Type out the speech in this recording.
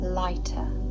lighter